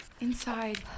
Inside